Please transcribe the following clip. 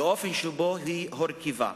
באופן שבו היא הורכבה,